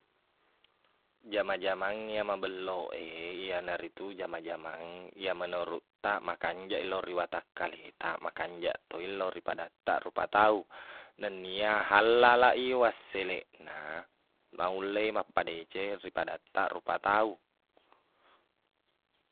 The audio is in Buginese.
Jama-jamangnge iyae mabelloq e iyana ritu jama-jamang iye menuruttaq makanjaqi lao ri wataq kaletaq makanjaq toi lao ri padattaq rupa tau nennia hallalaq i wasseleqna naulle mappadeceng ripadatta rupa tau